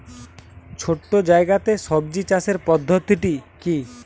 ছোট্ট জায়গাতে সবজি চাষের পদ্ধতিটি কী?